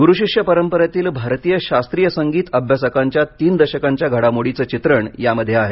गुरु शिष्य परंपरेतील भारतीय शास्त्रीय संगीत अभ्यासकांच्या तीन दशकांच्या चित्रपटाचे चित्रण यामधे आहे